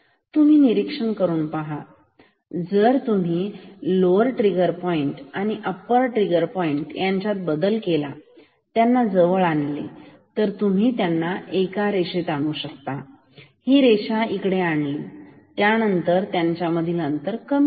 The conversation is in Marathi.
तर तुम्ही निरीक्षण करून पहा जर तुम्ही लोवर ट्रिगर पॉईंट आणि अप्पर ट्रिगर पॉईंट यांच्यात बदल केला आणि त्यांना जवळ आणले तुम्ही त्यांना एका रेषेत आणले आणि ही रेषा इकडे आणली त्यानंतर त्यांच्या मधील हे अंतर कमी होईल